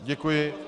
Děkuji.